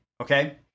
okay